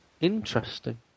Interesting